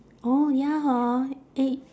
orh ya hor eh